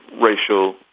racial